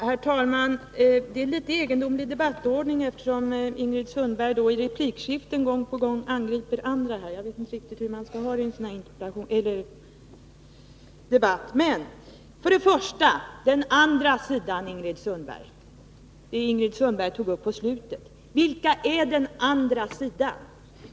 Herr talman! Det är en litet egendomlig debattordning. I replikskiften angriper Ingrid Sundberg gång på gång andra. Jag vet emellertid inte riktigt hur debattordningen skall vara. Först till frågan om den andra sidan. Ingrid Sundberg tog upp den saken i slutet av sitt anförande. Vilka är den andra sidan? frågar hon.